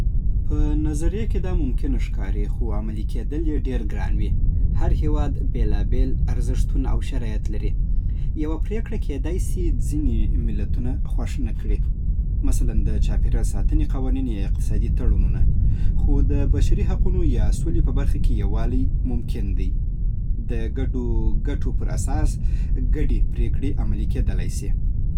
په نظریه کې دا ممکنه ښکاري. خو عملي کېدل یې ډېر ګران وي. هر هېواد بېلابېل ارزښتونه او شرایط لري. یوه پریکړه کېدای سي ځینې ملتونه خوښ نه کړي. مثلاً د چاپېریال ساتنې قوانین یا اقتصادي تړونونه. خو د بشري حقونو یا سولې په برخه کې یووالي ممکن دی. د ګډو ګټو پر اساس ګډې پریکړې عملي کېدای سي.